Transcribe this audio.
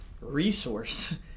resource